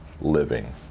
living